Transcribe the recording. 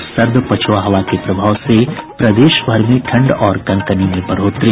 और सर्द पछ्आ हवा के प्रभाव से प्रदेश भर में ठंड और कनकनी में बढ़ोतरी